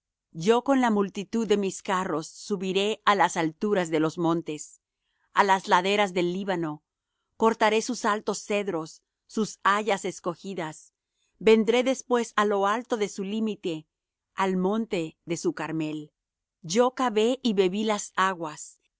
yo con la multitud de mis carros subiré á las alturas de los montes á las laderas del líbano cortaré sus altos cedros sus hayas escogidas vendré después á lo alto de su límite al monte de su carmel yo cavé y bebí las aguas